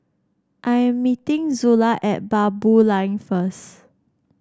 I am meeting Zula at Baboo Lane first